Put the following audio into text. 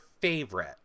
favorite